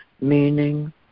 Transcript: meaning